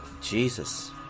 Jesus